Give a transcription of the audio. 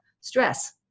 stress